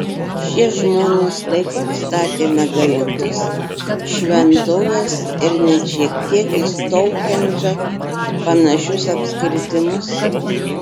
šie žmonės taip pat statė megalitus šventoves ir net šiek tiek į stounhendžą panašius apskritimus